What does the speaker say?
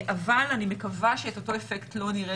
אבל אני מקווה שאת אותו אפקט לא נראה,